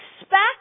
expect